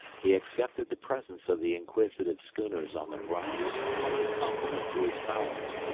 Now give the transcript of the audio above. he accepted the presence of the inquisitive schooners on the horizon as a compliment to his powers.